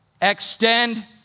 Extend